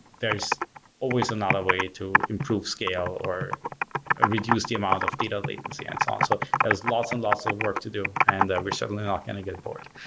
there's always another way to improve scale or ah reduce the amount of data latency and so on. so there's lots and lots of work to do and we're certainly not going to get bored.